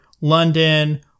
London